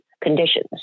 conditions